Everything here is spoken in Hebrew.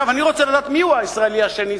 אני רוצה לדעת מי הוא הישראלי השני,